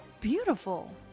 beautiful